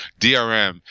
DRM